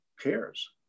cares